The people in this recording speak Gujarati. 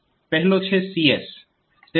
પહેલો છે CS